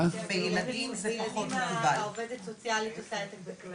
במחלקות ילדים העובדת הסוציאלית עושה את זה.